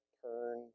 turn